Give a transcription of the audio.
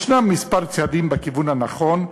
יש כמה צעדים בכיוון הנכון,